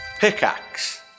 Pickaxe